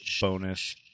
bonus